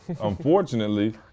unfortunately